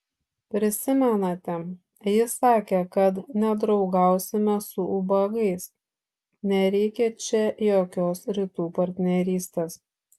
prisimenate ji sakė kad nedraugausime su ubagais nereikia čia jokios rytų partnerystės